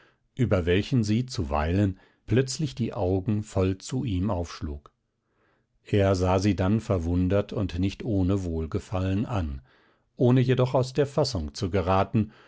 über welchen sie zuweilen plötzlich die augen voll zu ihm aufschlug er sah sie dann verwundert und nicht ohne wohlgefallen an ohne jedoch aus der fassung zu geraten